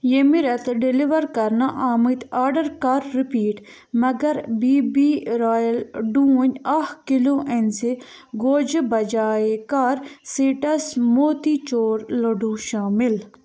ییٚمہِ رٮ۪تہٕ ڈیٚلِوَر کرنہٕ آمٕتۍ آرڈر کر رِپیٖٹ مگر بی بی رایَل ڈوٗنۍ اَکھ کِلوٗ أنۍزِ گوجہٕ بجایے کَر سیٖٹَس موتی چوٗر لٔڈوٗ شامِل